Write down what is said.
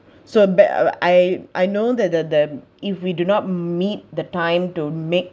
so bad uh I I know that the the if we do not meet the time to make